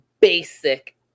basic